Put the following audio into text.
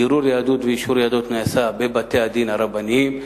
בירור יהדות ואישור יהדות נעשים בבתי-הדין הרבניים,